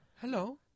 Hello